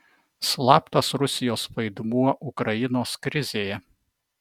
slaptas rusijos vaidmuo ukrainos krizėje